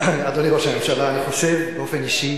אדוני ראש הממשלה, אני חושב באופן אישי